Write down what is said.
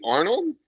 Arnold